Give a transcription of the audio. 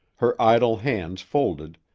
her idle hands folded,